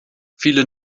viele